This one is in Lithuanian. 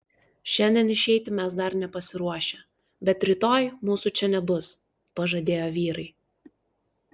šiandien išeiti mes dar nepasiruošę bet rytoj mūsų čia nebus pažadėjo vyrai